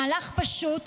מהלך פשוט,